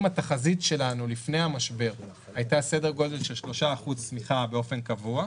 אם התחזית שלנו לפני המשבר הייתה סדר גודל של 3% צמיחה באופן קבוע,